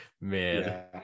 Man